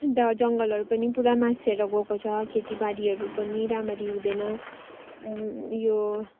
अन्त जङ्गलहरू पनि पुरा मासिएर गएको छ खेतीबारीहरू पनि रामरी हुँदैन उयो